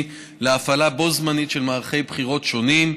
להפעלה בו-זמנית של מערכי בחירות שונים,